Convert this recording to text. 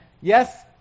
Yes